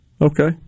okay